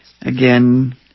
again